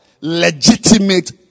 Legitimate